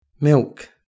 Milk